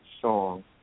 song